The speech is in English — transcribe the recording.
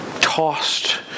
tossed